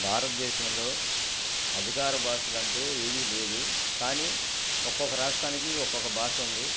భారతదేశంలో అధికార భాషలంటూ ఏదీ లేదు కానీ ఒక్కొక్క రాష్ట్రానికి ఒక్కొక్క భాష ఉంది